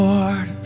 Lord